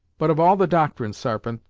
but, of all the doctrines, sarpent,